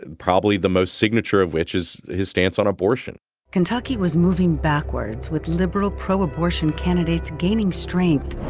and probably the most signature of which is his stance on abortion kentucky was moving backwards with liberal pro-abortion candidates gaining strength.